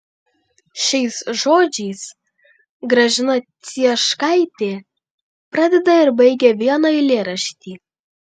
šiais žodžiais gražina cieškaitė pradeda ir baigia vieną eilėraštį